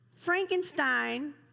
Frankenstein